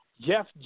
Jeff